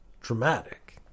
dramatic